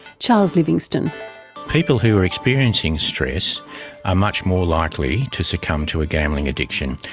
charles livingstone people who are experiencing stress are much more likely to succumb to a gambling addiction.